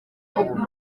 ubuvuzi